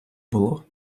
було